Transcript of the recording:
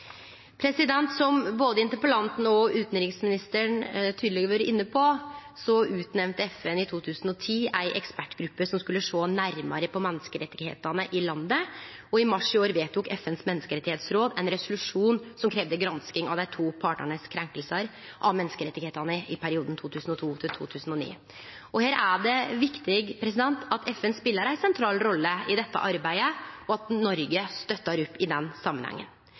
Som både interpellanten og utanriksministeren tydeleg har vore inne på, utnemnde FN i 2010 ei ekspertgruppe som skulle sjå nærare på menneskerettane i landet, og i mars i år vedtok FNs menneskerettsråd ein resolusjon som kravde gransking av dei to partane sine krenkingar av menneskerettane i perioden 2002–2009. Her er det viktig at FN speler ei sentral rolle i dette arbeidet, og at Noreg støttar opp i den samanhengen.